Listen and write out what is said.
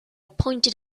pointed